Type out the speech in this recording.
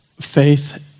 faith